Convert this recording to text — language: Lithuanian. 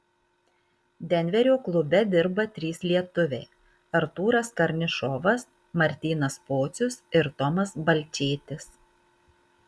denverio klube dirba trys lietuviai artūras karnišovas martynas pocius ir tomas balčėtis